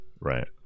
right